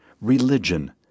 Religion